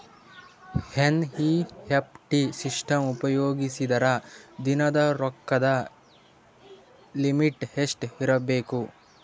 NEFT system ಉಪಯೋಗಿಸಿದರ ದಿನದ ರೊಕ್ಕದ ಲಿಮಿಟ್ ಎಷ್ಟ ಇರಬೇಕು?